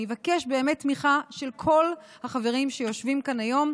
אני אבקש באמת תמיכה של כל החברים שיושבים כאן היום,